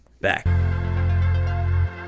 Back